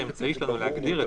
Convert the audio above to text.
ארבעה מטרים?